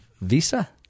visa